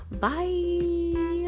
Bye